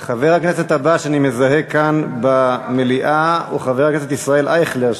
חבר הכנסת הבא שאני מזהה כאן במליאה הוא חבר הכנסת ישראל אייכלר,